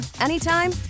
anytime